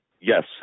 Yes